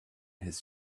his